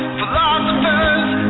philosophers